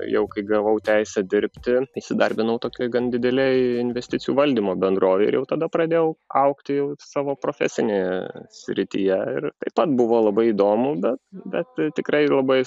jau kai gavau teisę dirbti įsidarbinau tokioj gan didelėj investicijų valdymo bendrovėj ir jau tada pradėjau augti jau savo profesinėje srityje ir taip pat buvo labai įdomu bet bet tikrai labai